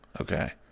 okay